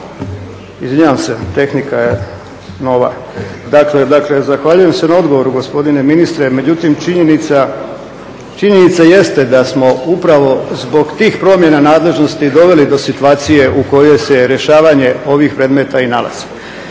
**Horvat, Mile (SDSS)** Dakle zahvaljujem se na odgovoru gospodine ministre, međutim činjenica jeste da smo upravo zbog tih promjena nadležnosti doveli do situacije u kojoj se rješavanje ovih predmeta i nalazi.